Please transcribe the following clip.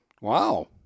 Wow